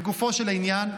לגופו של עניין,